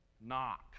Knock